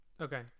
Okay